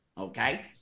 Okay